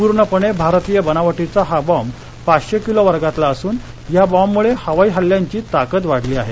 पूर्णपणे भारतीय बनावटीचा हा बॅम्ब पाचशे किलो वर्गातला असून ह्या बॉम्बम्रळे हवाई हल्ल्यांची ताकद वाढली आहे